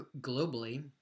globally